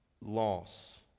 loss